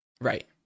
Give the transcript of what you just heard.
right